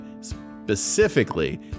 specifically